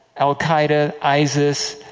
al-qaeda, isis,